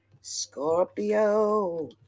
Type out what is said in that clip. Scorpio